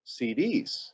cds